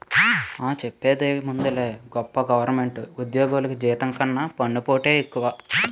ఆ, సెప్పేందుకేముందిలే గొప్ప గవరమెంటు ఉజ్జోగులికి జీతం కన్నా పన్నుపోటే ఎక్కువ